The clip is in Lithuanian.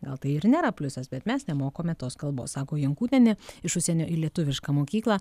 gal tai ir nėra pliusas bet mes nemokome tos kalbos sako jankūnienė iš užsienio į lietuvišką mokyklą